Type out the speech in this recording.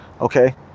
okay